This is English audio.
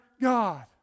God